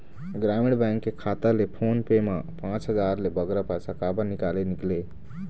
ग्रामीण बैंक के खाता ले फोन पे मा पांच हजार ले बगरा पैसा काबर निकाले निकले?